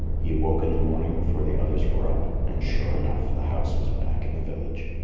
he awoke in the morning before the others were up, and sure enough the house was back in the village.